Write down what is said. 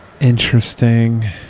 Interesting